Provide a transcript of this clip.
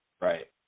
Right